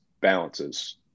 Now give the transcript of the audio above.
balances